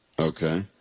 okay